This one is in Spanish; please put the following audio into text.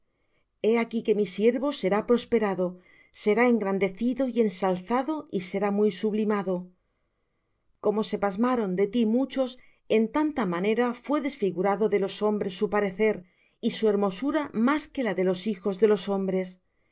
he aquí que mi siervo será prosperado será engrandecido y ensalzado y será muy sublimado como se pasmaron de ti muchos en tanta manera fué desfigurado de los hombres su parecer y su hermosura más que la de los hijos de los hombres